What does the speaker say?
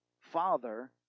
father